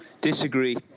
Disagree